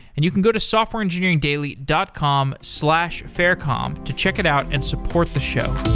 and you can go to softwareengineeringdaily dot com slash faircom to check it out and support the show